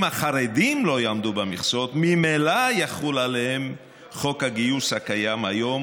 אם החרדים לא יעמדו במכסות ממילא יחול עליהם חוק הגיוס הקיים היום,